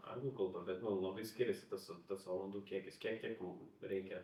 anglų kalba bet nu labai skiriasi tas tas valandų kiekis kiek kiek mum reikia